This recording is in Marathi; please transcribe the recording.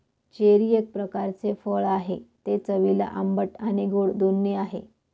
चेरी एक प्रकारचे फळ आहे, ते चवीला आंबट आणि गोड दोन्ही आहे